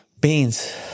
Beans